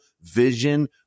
vision